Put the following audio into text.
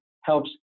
helps